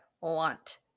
want